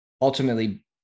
ultimately